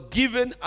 given